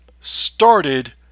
started